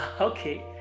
Okay